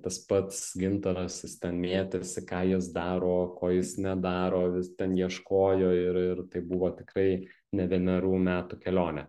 tas pats gintaras jis ten mėtėsi ką jis daro ko jis nedaro vis ten ieškojo ir ir tai buvo tikrai ne vienerių metų kelionė